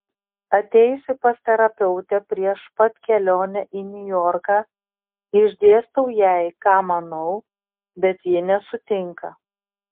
atėjusi pas terapeutę prieš pat kelionę į niujorką išdėstau jai ką manau bet ji nesutinka